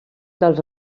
dels